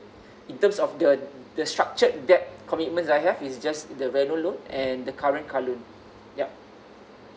in terms of the the structured debt commitment I have is just the reno loan and the current car loan yup